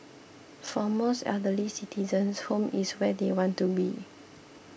for most elderly citizens home is where they want to be